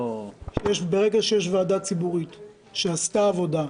ברגע שיש ועדה ציבורית שעשתה עבודה,